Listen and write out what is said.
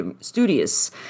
studious